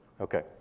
Okay